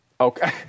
Okay